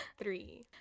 three